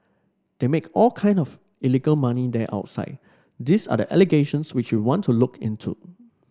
they make all kind of illegal money there outside these are the allegations which we want to look into